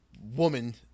woman